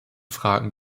fragen